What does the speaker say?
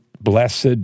blessed